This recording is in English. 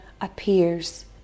appears